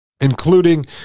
including